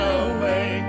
away